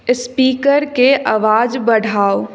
स्पीकरके आवाज बढ़ाउ